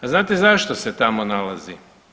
A znate zašto se tamo nalazi?